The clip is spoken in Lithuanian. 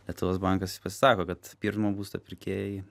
lietuvos bankas jis pasisako kad pirmo būsto pirkėjai